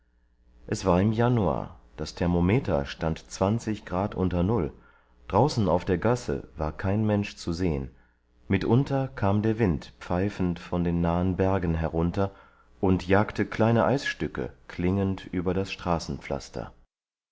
es war im januar das thermometer stand zwanzig grad unter null draußen auf der gasse war kein mensch zu sehen mitunter kam der wind pfeifend von den nahen bergen herunter und jagte kleine eisstücke klingend über das